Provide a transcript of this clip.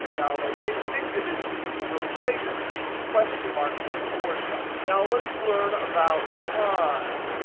now the way to fix it is to replace the question mark with a forward slash. now, let's learn about time,